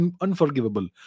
unforgivable